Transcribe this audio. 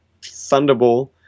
Thunderball